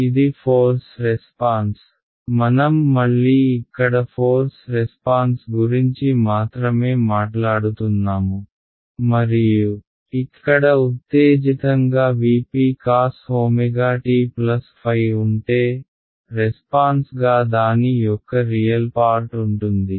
ఇది force response మనం మళ్ళీ ఇక్కడ ఫోర్స్ రెస్పాన్స్ గురించి మాత్రమే మాట్లాడుతున్నాము మరియు ఇక్కడ ఉత్తేజితంగా Vp cos w t ϕ ఉంటే రెస్పాన్స్ గా దాని యొక్క రియల్ పార్ట్ ఉంటుంది